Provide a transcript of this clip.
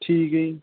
ਠੀਕ ਹੈ ਜੀ